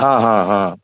हँ हँ हँ